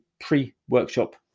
pre-workshop